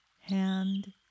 hand